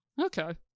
Okay